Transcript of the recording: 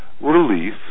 relief